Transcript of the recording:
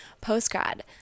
post-grad